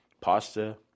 pasta